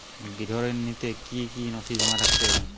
গৃহ ঋণ নিতে কি কি নথি জমা রাখতে হবে?